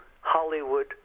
Hollywood